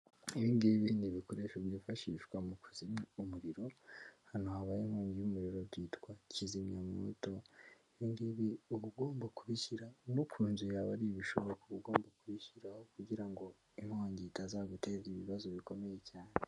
Ibi ngibi n'ibikoresho byifashishwa mu kuzimya umuriro ahantu habaye inkongi y'umuriro byitwa kizimyamoto ibi ngibi uba ugomba kubishyira no kunzu yawe ari ibishoboka uba ugomba kuyishyiraho kugira ngo inkongi itazaguteza ibibazo bikomeye cyane.